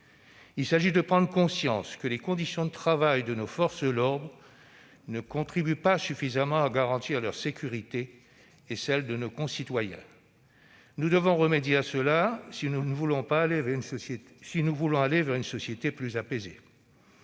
il s'agit de prendre conscience que les conditions de travail de nos forces de l'ordre ne contribuent pas suffisamment à garantir leur sécurité et celle de nos concitoyens. Nous devons remédier à cela si nous voulons aller vers une société plus apaisée.